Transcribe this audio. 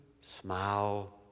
smile